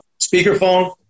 speakerphone